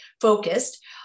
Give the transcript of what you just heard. focused